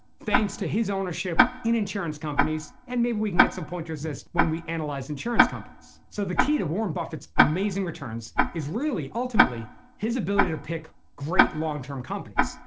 thanks to his ownership in insurance companies and maybe we can get some pointers as when we analyze insurance companies. so the key to warren buffett's amazing returns is really ultimately his ability to pick great long term companies.